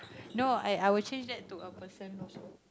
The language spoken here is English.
no I I will change that to a person also